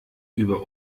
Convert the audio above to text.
über